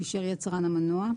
שאישר יצרן המנוע,